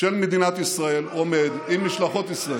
של מדינת ישראל עומד עם משלחות ישראל.